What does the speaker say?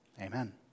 Amen